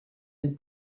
and